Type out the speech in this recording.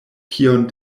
kion